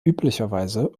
üblicherweise